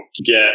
get